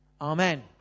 Amen